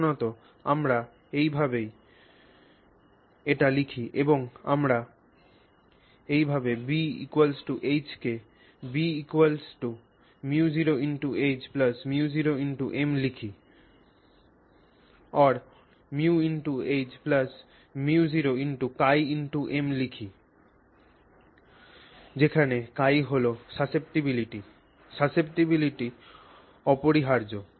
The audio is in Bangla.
সাধারণত আমরা এই ভাবেই এটি লিখি এবং আমরা এই B H কে B μ0H μ0M or μH μ0χM হিসাবেও লিখতে পারি যেখানে χ হল সাসেপ্টিবিলিটি সাসেপ্টিবিলিটি অপরিহার্য